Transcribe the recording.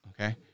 Okay